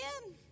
again